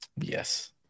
Yes